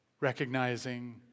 recognizing